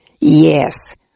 Yes